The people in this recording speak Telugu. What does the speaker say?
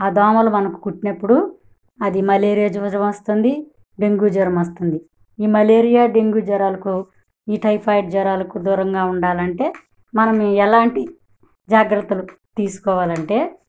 ఆ దోమలు మనకు కుట్టినప్పుడు అది మలేరియా జ్వరం వస్తుంది డెంగ్యూ జ్వరం వస్తుంది ఈ మలేరియా డెంగ్యూ జ్వరాలకు ఈ టైఫాయిడ్ జ్వరాలకు దూరంగా ఉండాలంటే మనం ఎలాంటి జాగ్రత్తలు తీసుకోవాలంటే